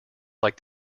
like